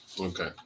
Okay